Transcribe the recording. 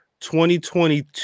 2022